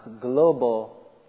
global